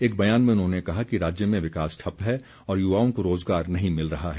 एक बयान में उन्होंने कहा कि राज्य में विकास ठप्प है और युवाओं को रोजगार नहीं मिल रहा है